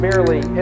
Merely